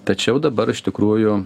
tačiau dabar iš tikrųjų